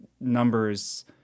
numbers